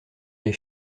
les